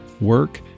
work